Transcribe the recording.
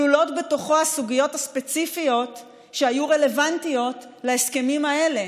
כלולות בתוכם הסוגיות הספציפיות שהיו רלוונטיות להסכמים האלה.